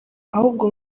ahubwo